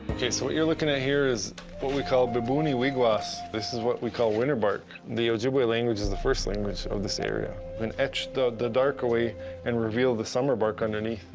okay so what you're looking at here is what we call bibooni wiigwaas. this is what we call winter bark. the ojibwe language is the first language of this area. then etch the the dark away and reveal the summer bark underneath.